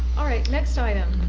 all right. next item.